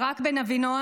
ברק בן אבינועם,